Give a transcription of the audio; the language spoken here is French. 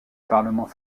parlement